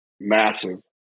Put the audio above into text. massive